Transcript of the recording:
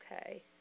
Okay